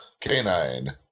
Canine